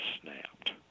snapped